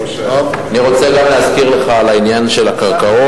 אני רוצה להזכיר לך גם בעניין הקרקעות,